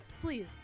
Please